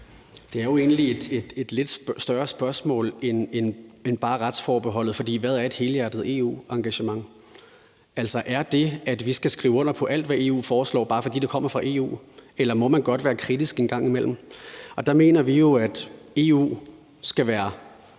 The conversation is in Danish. Det er jo egentlig et spørgsmål, der omfatter lidt mere end bare retsforbeholdet, for hvad er et helhjertet EU-engagement? Er det, at vi skal skrive under på alt, hvad EU foreslår, bare fordi det kommer fra EU, eller må man godt være kritisk en gang imellem? Der mener vi jo, at EU skal have